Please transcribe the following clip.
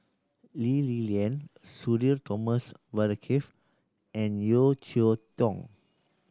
Lee Li Lian Sudhir Thomas Vadaketh and Yeo Cheow Tong